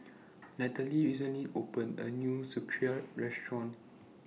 Nathaly recently opened A New Sauerkraut Restaurant